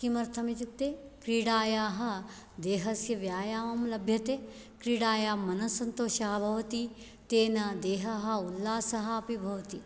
किमर्थमित्युक्ते क्रीडायाः देहस्य व्यायामं लभ्यते क्रीडायां मनस्सन्तोषः भवति तेन देहः उल्लासः अपि भवति